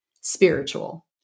spiritual